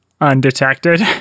undetected